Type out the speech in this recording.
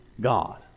God